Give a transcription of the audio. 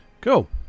Cool